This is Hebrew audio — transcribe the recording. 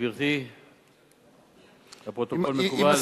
גברתי, לפרוטוקול, מקובל?